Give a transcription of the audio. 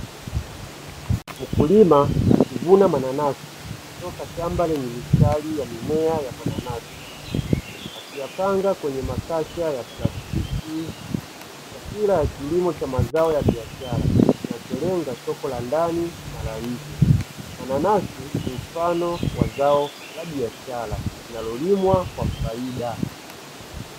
Mkulima akivuna mananasi kutoka shamba lilimstari ya mimea ya mananasi akiyapanga kwenye makasha ya plastiki, yakiashiria kilimo cha mazao ya biashara nacholenga soko la ndani na la nje. Mananasi ni mfano wa zao la biashara linalolimwa kwa faida.